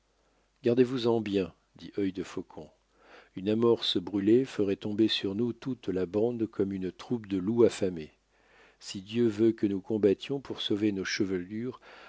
gardez-vous-en bien dit œil de faucon une amorce brûlée ferait tomber sur nous toute la bande comme une troupe de loups affamés si dieu veut que nous combattions pour sauver nos chevelures